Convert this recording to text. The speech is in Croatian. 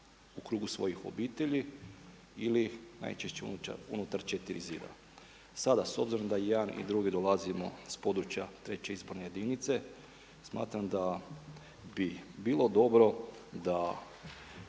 u krugu svojih obitelji ili najčešće unutar 4 zida. Sada s obzirom da i jedan i drugi dolazimo s područja 3. izborne jedinice smatram da bi bilo dobro da,